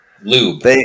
lube